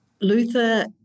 Luther